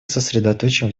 сосредоточим